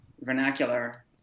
vernacular